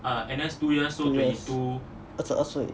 two years 二十二岁